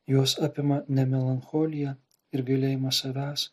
juos apima ne melancholija ir gailėjimas savęs